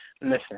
listen